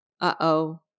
uh-oh